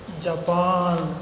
Japan